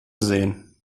sehen